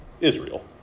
Israel